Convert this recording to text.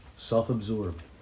Self-absorbed